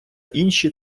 інші